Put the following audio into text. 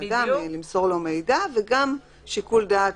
למסור לו מידע וגם שיקול דעת,